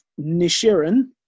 Nishiran